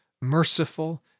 merciful